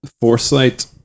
foresight